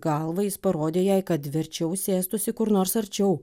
galva jis parodė jai kad verčiau sėstųsi kur nors arčiau